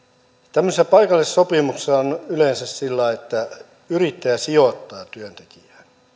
tämmöisessä paikallisessa sopimuksessa on yleensä niin että yrittäjä sijoittaa työntekijään